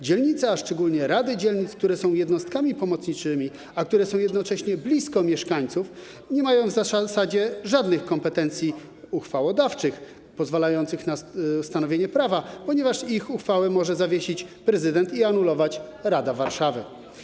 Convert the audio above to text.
Dzielnice, a szczególnie rady dzielnic, które są jednostkami pomocniczymi, a które są jednocześnie blisko mieszkańców, nie mają w zasadzie żadnych kompetencji uchwałodawczych pozwalających na stanowienie prawa, ponieważ ich uchwały może zawiesić prezydent i anulować rada Warszawy.